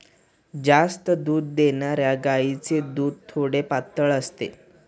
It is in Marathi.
जास्त दूध देणाऱ्या गायीचे दूध थोडे पातळ असते